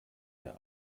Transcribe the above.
der